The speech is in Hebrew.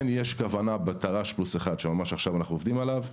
כן יש כוונה ב"תר"ש+1" שממש עכשיו אנחנו עובדים עליו,